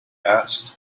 asked